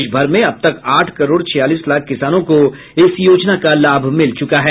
देश भर में अब तक आठ करोड छियालीस लाख किसानों को इस योजना का लाभ मिल चुका है